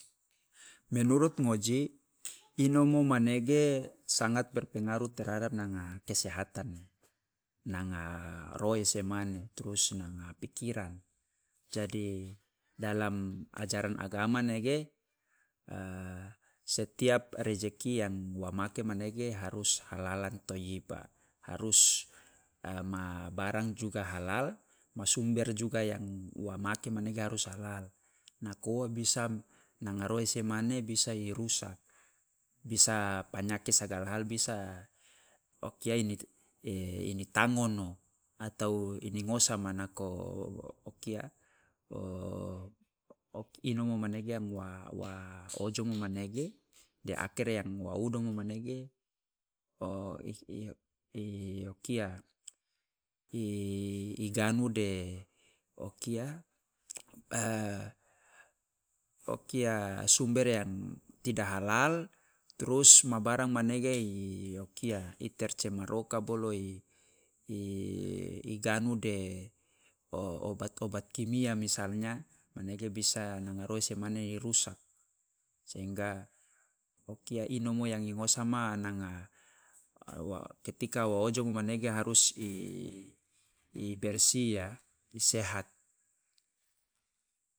menurut ngoji inomo manege sangat berpengaruh terhadap nanga kesehatan, nanga roese mane, trus nanga pikiran. Jadi dalam ajaran agama manege setiap rejeki yang wa make manege harus halalan thoiyibah, harus ma barang juga halal, ma sumber juga yang wa make manege halal. Nako ua bisa nanga roese mane bisa i rusak, bisa panyake sagala hal bisa o kia i ngitangono atau i ningosa ma nako o inomo manege kan wa- wa ojomo manege de akere yang ma udomo manege i o kia i gamu de o kia o kia sumber yang tida halal, trus ma barang manege o kia i tercemar oka bolo i gamu de o- obat obat kimia misalnya manege bisa roese mane i rusak, sehingga o kia inomo yang i ngosa ma nanga wa ketika wo ojomo harus i bersih ya, sehat.